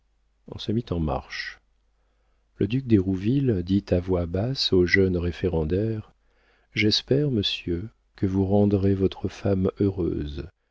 on se mit en marche le duc d'hérouville dit à voix basse au jeune référendaire j'espère monsieur que vous rendrez votre femme heureuse